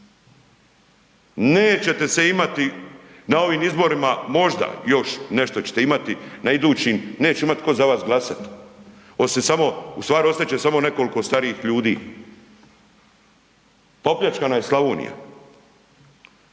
Nećete se imati na ovim izborima, možda još nešto ćete imati, na idućim neće imat tko vas glasati, osim samo, ustvari, ostat će samo nekoliko starijih ljudi. Popljačkana je Slavonija,